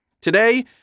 Today